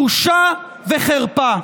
בושה וחרפה.